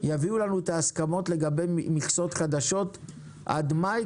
יביאו לנו את ההסכמות לגבי מכסות חדשות עד מאי,